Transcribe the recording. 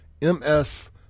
MS